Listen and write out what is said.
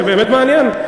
זה באמת מעניין.